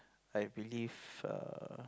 I believe err